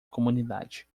comunidade